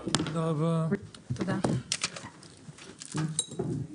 הישיבה ננעלה בשעה 10:27.